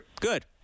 Good